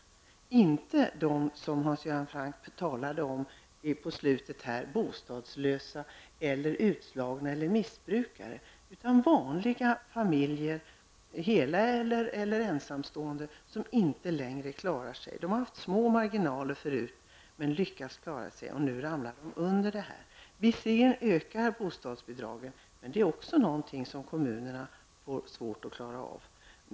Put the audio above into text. Det är inte de som Hans Göran Franck talade om i slutet av sitt anförande, nämligen bostadslösa, utslagna eller missbrukare, utan vanliga familjer med par eller ensamstående som inte längre klarar sig. De har redan förut haft små marginaler men lyckats klara sig, men nu ramlar de under socialbidragsgränsen. Visserligen ökar bostadsbidragen, men detta är också något som ligger på kommunernas bord som de får svårt att klara av.